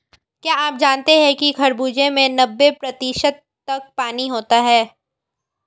क्या आप जानते हैं कि खरबूजे में नब्बे प्रतिशत तक पानी होता है